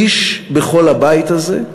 איש בכל הבית הזה,